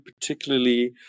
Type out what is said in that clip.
particularly